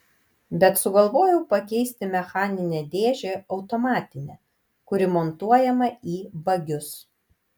bet sugalvojau pakeisti mechaninę dėžę automatine kuri montuojama į bagius